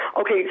Okay